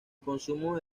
consumo